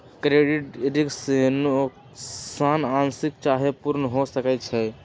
credit risk नोकसान आंशिक चाहे पूर्ण हो सकइ छै